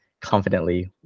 confidently